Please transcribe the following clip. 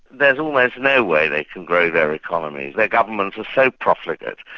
there's almost no way they can grow their economies. their governments are so profligate,